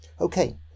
Okay